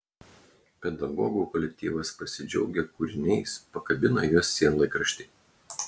pedagogų kolektyvas pasidžiaugia kūriniais pakabina juos sienlaikrašty